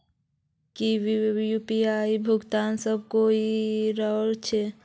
की यु.पी.आई भुगतान सब कोई ई करवा सकछै?